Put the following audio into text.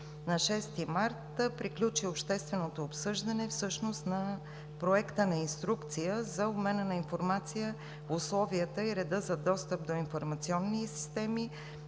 На 6 март 2020 г. приключи общественото обсъждане всъщност на Проекта за Инструкция за обмена на информация, условията и реда за достъп до информационни системи